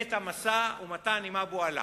את המשא-ומתן עם אבו עלא?